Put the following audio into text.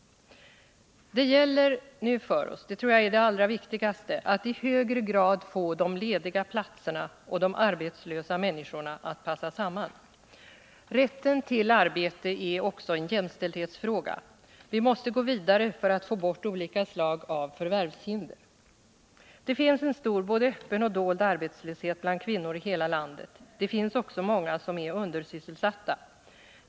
Det gäller nu för oss, och det tror jag är det allra viktigaste, att i hög grad få de lediga platserna och de arbetslösa människorna att passa samman. Rätten till arbete är också en jämställdhetsfråga. Vi måste gå vidare för att få bort olika slag av förvärvshinder. Det finns en stor både öppen och dold arbetslöshet bland kvinnor i hela landet. Det finns också många som är undersysselsatta.